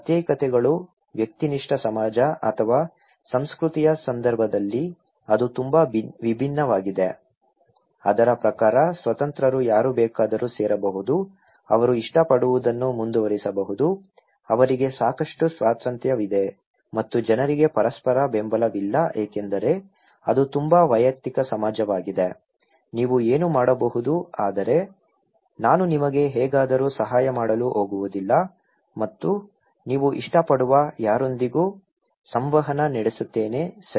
ಪ್ರತ್ಯೇಕತೆಗಳು ವ್ಯಕ್ತಿನಿಷ್ಠ ಸಮಾಜ ಅಥವಾ ಸಂಸ್ಕೃತಿಯ ಸಂದರ್ಭದಲ್ಲಿ ಅದು ತುಂಬಾ ವಿಭಿನ್ನವಾಗಿದೆ ಅದರ ಪ್ರಕಾರ ಸ್ವತಂತ್ರರು ಯಾರು ಬೇಕಾದರೂ ಸೇರಬಹುದು ಅವರು ಇಷ್ಟಪಡುವದನ್ನು ಮುಂದುವರಿಸಬಹುದು ಅವರಿಗೆ ಸಾಕಷ್ಟು ಸ್ವಾತಂತ್ರ್ಯವಿದೆ ಮತ್ತು ಜನರಿಗೆ ಪರಸ್ಪರ ಬೆಂಬಲವಿಲ್ಲ ಏಕೆಂದರೆ ಅದು ತುಂಬಾ ವೈಯಕ್ತಿಕ ಸಮಾಜವಾಗಿದೆ ನೀವು ಏನು ಮಾಡಬಹುದು ಆದರೆ ನಾನು ನಿಮಗೆ ಹೇಗಾದರೂ ಸಹಾಯ ಮಾಡಲು ಹೋಗುವುದಿಲ್ಲ ಮತ್ತು ನೀವು ಇಷ್ಟಪಡುವ ಯಾರೊಂದಿಗೂ ಸಂವಹನ ನಡೆಸುತ್ತೇನೆ ಸರಿ